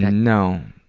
no,